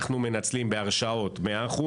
אנחנו מנצלים בהרשאות 100%,